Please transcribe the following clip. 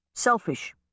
Selfish